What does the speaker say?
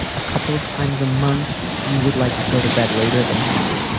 a couple of times a month, you would like to go to bed later than him.